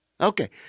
Okay